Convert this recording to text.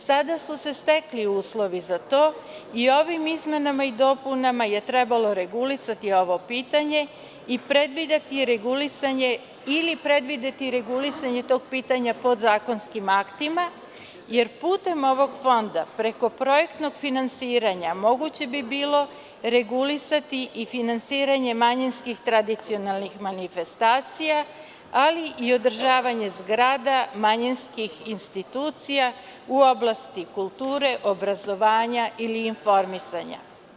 Sada su se stekli uslovi za to i ovim izmenama i dopunama je trebalo regulisati ovo pitanje i predvideti regulisanje, ili predvideti regulisanje tog pitanja podzakonskim aktima, jer putem ovog fonda, preko projektnog finansiranja, moguće bi bilo regulisati i finansiranje manjinskih tradicionalnih manifestacija, ali i održavanje zgrada manjinskih institucija u oblasti kulture, obrazovanja ili informisanja.